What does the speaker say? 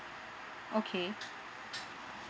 okay